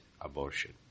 abortion